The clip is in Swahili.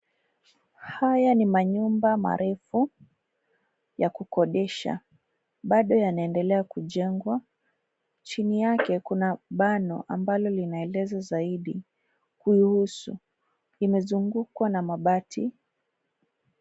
Haya ni manyumba marefu ya kukodisha. Bado yanaendelea kujengwa. Chini yake kuna bano ambalo linaeleza zaidi kuihusu. Imezungukwa na mabati.